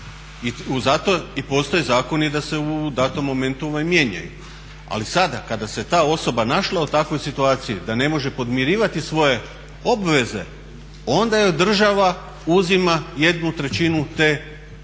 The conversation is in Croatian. i postoje zakoni da se u datom momentu mijenjaju. Ali sada kada se ta osoba našla u takvoj situaciji da ne može podmirivati svoje obveze onda joj država uzima jednu trećinu te mirovine.